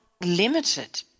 limited